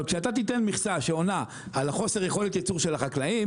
אבל כשאתה תיתן מכסה שעונה על חוסר יכולת הייצור של החקלאות,